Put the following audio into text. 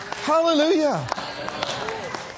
Hallelujah